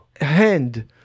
hand